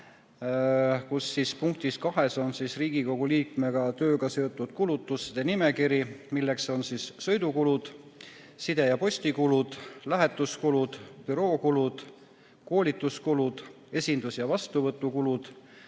kus punktis 2 on Riigikogu liikme tööga seotud kulutuste nimekiri, milleks on sõidukulud, side‑ ja postikulud, lähetuskulud, bürookulud, koolituskulud, esindus‑ ja vastuvõtukulud,